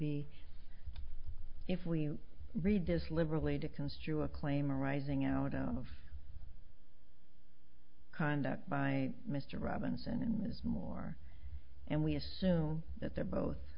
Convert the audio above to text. be if we read this literally to construe a claim arising out of conduct by mr robinson and is more and we assume that they're